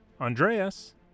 Andreas